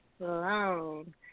alone